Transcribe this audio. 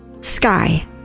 sky